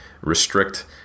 restrict